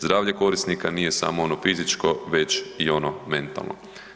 Zdravlje korisnika nije samo ono fizičko već i ono mentalno.